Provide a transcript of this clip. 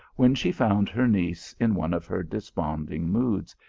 when she found her niece in one of her desponding moods,